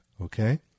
okay